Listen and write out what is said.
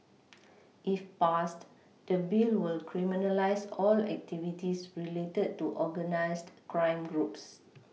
if passed the Bill will criminalise all activities related to organised crime groups